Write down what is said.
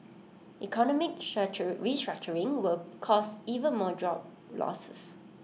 economic restructuring will cause even more job losses